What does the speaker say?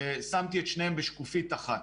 שמתי את שניהם בשקף אחד.